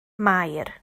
maer